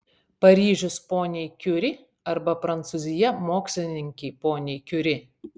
paryžius poniai kiuri arba prancūzija mokslininkei poniai kiuri